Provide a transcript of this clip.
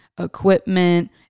equipment